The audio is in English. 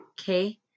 Okay